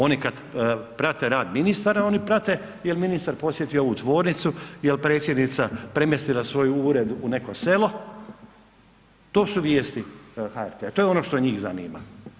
Oni kada prate rad ministara oni prate jel ministar posjetio ovu tvornicu, jel predsjednica premjestila svoj ured u neko selo, to su vijesti HRT-a, to je ono što njih zanima.